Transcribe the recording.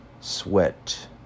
sweat